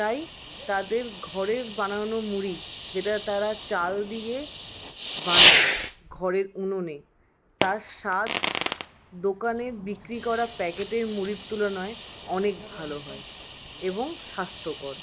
তাই তাদের ঘরের বানানো মুড়ি যেটা তারা চাল দিয়ে বানায় ঘরের উনোনে তার স্বাদ দোকানের বিক্রি করা প্যাকেটের মুড়ির তুলনায় আনেক ভালো হয় এবং স্বাস্থ্যকর